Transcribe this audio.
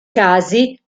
casi